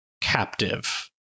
captive